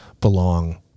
belong